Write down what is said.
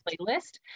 playlist